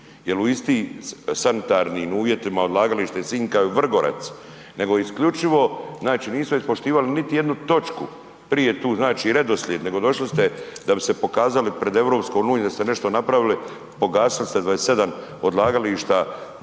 jer u istim sanitarnim uvjetima je odlagalište Sinj kao i Vrgorac nego isključivo znači niste ispoštovali niti jednu točku prije tu znači redoslijed nego došli ste da bi se pokazali pred EU-om da ste nešto napravili, pogasili ste 27 odlagališta